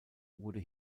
wurde